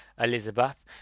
Elizabeth